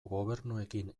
gobernuekin